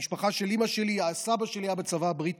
במשפחה של אימא שלי, הסבא שלי היה בצבא הבריטי.